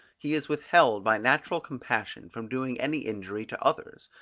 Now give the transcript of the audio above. he is withheld by natural compassion from doing any injury to others,